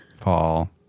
Paul